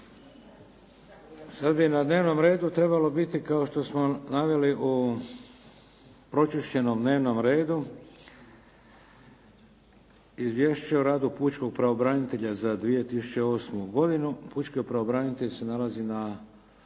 Sad bi na dnevnom redu trebalo biti kao što smo naveli u pročišćenom dnevnom redu Izvješće o radu pučkog pravobranitelja za 2008. godinu. Pučki pravobranitelj se nalazi na